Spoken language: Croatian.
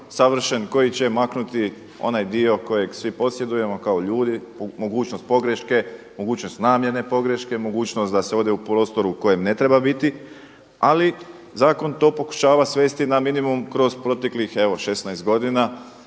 savršen koji će maknuti onaj dio kojeg svi posjedujemo kao ljudi, mogućnost pogreške, mogućnost namjerne pogreške, mogućnost da se ode u prostor u kojem ne treba biti ali zakon to pokušava svesti na minimum kroz proteklih evo 16 godina